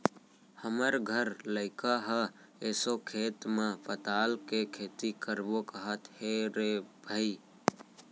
हमर घर लइका ह एसो खेत म पताल के खेती करबो कहत हे रे भई